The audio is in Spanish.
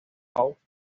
hawks